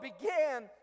began